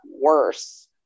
worse